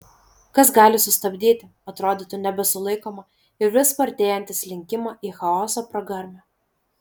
kas gali sustabdyti atrodytų nebesulaikomą ir vis spartėjantį slinkimą į chaoso pragarmę